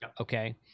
Okay